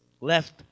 left